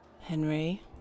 Henry